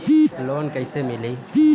Loan कईसे मिली?